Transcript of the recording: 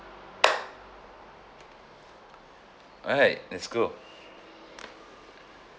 alright let's go